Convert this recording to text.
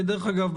כי דרך אגב,